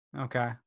okay